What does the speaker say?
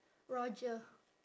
roger